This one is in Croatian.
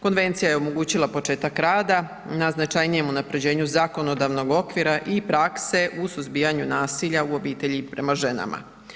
Konvencija je omogućila početak rada na značajnijem unaprjeđenju zakonodavnog okvira i prakse u suzbijanju nasilja u obitelji prema ženama.